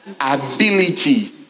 Ability